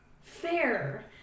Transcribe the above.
Fair